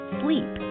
sleep